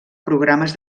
programes